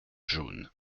jaune